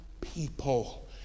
people